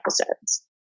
episodes